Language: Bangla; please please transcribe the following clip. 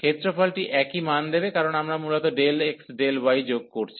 ক্ষেত্রফলটি একই মান দেবে কারণ আমরা মূলত Δx Δy যোগ করছি